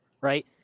right